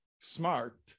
smart